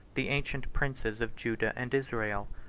the ancient princes of judah and israel.